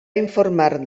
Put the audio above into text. informar